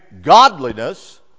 godliness